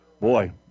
boy